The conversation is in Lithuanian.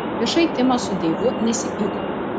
viešai timas su deivu nesipyko